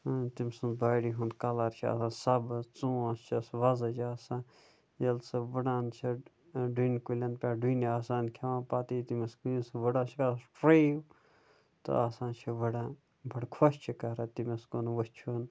تٔمۍ سُنٛد داڈِ ہُنٛد کَلر چھُ آسان سَبٕز تونٛتھ چھَس وۄزٕج آسان ییٚلہِ سۄ ؤڑان چھِ ڈوٗنۍ کُلین پیٚٹھ ڈوٗنۍ آسان کھیٚوان پَتہٕ ییٚلہِ تٔمِس کُنِس وُڑس چھَس فرٛے تہٕ آسان چھُ وُڑان بَڈٕ خۄش چھُ کرن تٔمِس کُن وُچھُن